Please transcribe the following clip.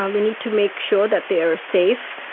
um we need to make sure that they are safe,